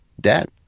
debt